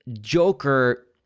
Joker